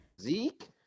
Zeke